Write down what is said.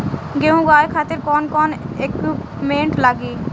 गेहूं उगावे खातिर कौन कौन इक्विप्मेंट्स लागी?